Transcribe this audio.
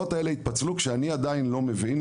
כשאני עדיין לא מבין,